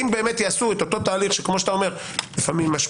האם יעשו את התהליך שלפעמים משפיל,